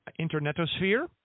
internetosphere